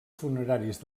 funeraris